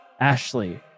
Ashley